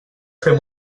fer